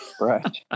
right